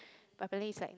but apparently it's like no